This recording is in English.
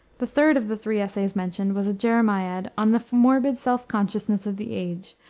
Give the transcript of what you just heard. the third of the three essays mentioned was a jeremiad on the morbid self-consciousness of the age,